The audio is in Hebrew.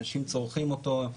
אנשים צורכים אותו,